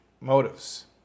motives